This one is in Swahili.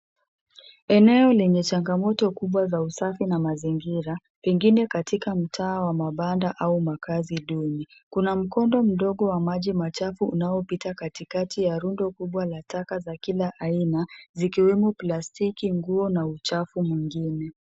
Eneo lenye changamoto kubwa za usafi na mazingira pengine katika mtaa wa mabanda au makaazi duni. Kuna mkondo mdogo wa maji machafu unaopita katikati ya rundo kubwa la taka za kila aina zikiwemo plastiki, nguo na uchafu mwingine.